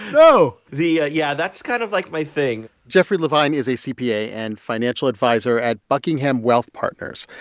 no the yeah, that's kind of, like, my thing jeffrey levine is a cpa and financial adviser at buckingham wealth partners.